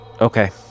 okay